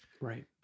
Right